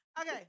Okay